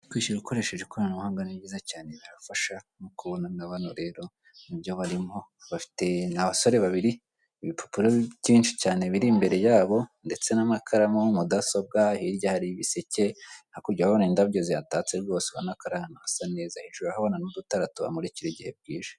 Kwishyura ukoresheje ikoranabuhanga ni byiza cyane birafasha, nk'uko ubona na bano rero nibyo barimo bafite ni abasore babiri ibipapuro byinshi cyane biri imbere ya bo ndetse n'amakaramu mudasobwa, hirya hari ibiseke hakurya yaho urabona indabo zihatatse rwose urabona ko ari ahantu hasa neza, hejuru urahabona n'udutara tubamurikira igihe bwije.